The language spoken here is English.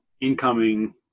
incoming